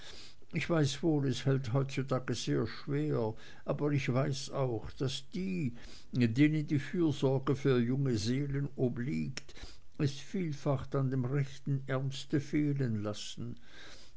ich weiß wohl es hält das heutzutage sehr schwer aber ich weiß auch daß die denen die fürsorge für junge seelen obliegt es vielfach an dem rechten ernst fehlen lassen